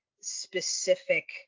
specific